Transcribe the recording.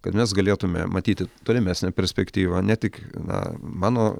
kad mes galėtume matyti tolimesnę perspektyvą ne tik na mano